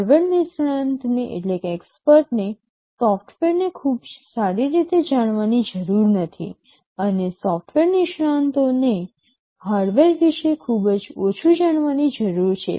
hardware નિષ્ણાતને સોફ્ટવેરને ખૂબ સારી રીતે જાણવાની જરૂર નથી અને સોફ્ટવેર નિષ્ણાતોને હાર્ડવેર વિશે ખૂબ જ ઓછું જાણવાની જરૂર છે